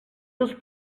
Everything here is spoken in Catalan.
seus